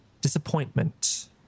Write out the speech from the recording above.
Disappointment